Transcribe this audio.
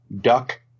duck